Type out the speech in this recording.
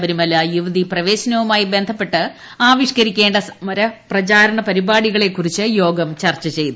ശബരിമല യുവതി പ്രവേശനവുമായി ബന്ധപ്പെട്ട് ആവിഷ്കരിക്കേണ്ട സമര പ്രചാരണ പരിപാടികളെ കുറിച്ച് യോഗം ചർച്ച ചെയ്തു